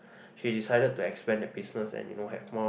she decided to expend the business and you know have more